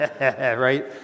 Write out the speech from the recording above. right